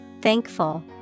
thankful